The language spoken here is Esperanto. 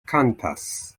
kantas